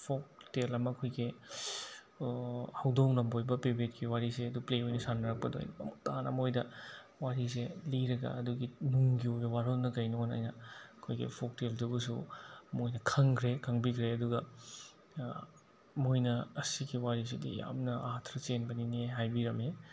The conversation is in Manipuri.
ꯐꯣꯛ ꯇꯦꯜ ꯑꯃ ꯑꯩꯈꯣꯏꯒꯤ ꯍꯧꯗꯣꯡ ꯂꯝꯕꯣꯏꯕ ꯄꯦꯕꯦꯠꯀꯤ ꯋꯥꯔꯤꯁꯦ ꯑꯗꯨ ꯄ꯭ꯂꯦ ꯑꯣꯏꯅ ꯁꯥꯟꯅꯔꯛꯄꯗ ꯑꯩꯅ ꯃꯃꯨꯠꯇꯥꯅ ꯃꯣꯏꯗ ꯋꯥꯔꯤꯁꯦ ꯂꯤꯔꯒ ꯑꯗꯨꯒꯤ ꯅꯨꯡꯒꯤ ꯑꯣꯏꯕ ꯋꯥꯔꯣꯜꯅ ꯀꯩꯅꯣꯅ ꯑꯩꯅ ꯑꯩꯈꯣꯏꯒꯤ ꯐꯣꯛ ꯇꯦꯜꯗꯨꯕꯨꯁꯨ ꯃꯣꯏꯅ ꯈꯪꯈ꯭ꯔꯦ ꯈꯪꯕꯤꯈ꯭ꯔꯦ ꯑꯗꯨꯒ ꯃꯣꯏꯅ ꯑꯁꯤꯒꯤ ꯋꯥꯔꯤꯁꯤꯗꯤ ꯌꯥꯝꯅ ꯑꯥꯔꯊ ꯆꯦꯟꯕꯅꯤꯅꯦ ꯍꯥꯏꯕꯤꯔꯝꯃꯤ